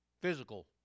physical